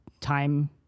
time